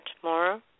tomorrow